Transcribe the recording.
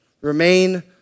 remain